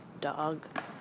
dog